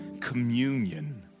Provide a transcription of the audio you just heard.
communion